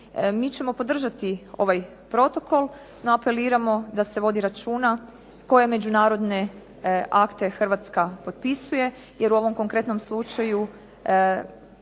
Mi ćemo podržati ovaj protokol, no apeliramo da se vodi računa koje međunarodne akte Hrvatska potpisuje. Jer u ovom konkretnom slučaju